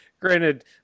Granted